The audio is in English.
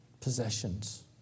possessions